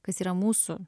kas yra mūsų